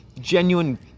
genuine